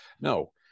No